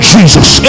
Jesus